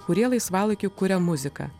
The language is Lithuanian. kurie laisvalaikiu kuria muziką